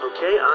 Okay